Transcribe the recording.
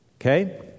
Okay